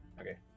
Okay